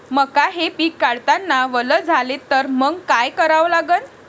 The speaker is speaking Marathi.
मका हे पिक काढतांना वल झाले तर मंग काय करावं लागन?